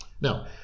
Now